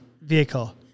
vehicle